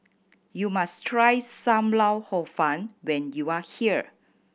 you must try Sam Lau Hor Fun when you are here